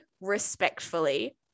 Respectfully